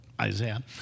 Isaiah